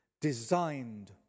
designed